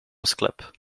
sklep